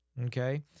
Okay